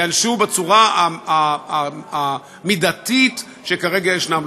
ייענשו בצורה המידתית שכרגע ישנה.